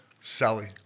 Sally